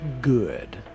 Good